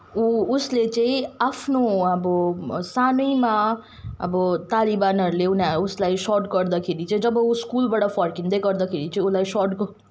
ऊ उसले चाहिँ आफ्नो अब सानैमा अब तालिबानहरूले उनीहरू उसलाई सट गर्दाखरि चाहिँ जब ऊ स्कुलबाट फर्किँदै गर्दाखेरि चाहिँ उसलाई सट